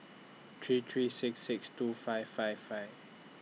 three three six six two five five five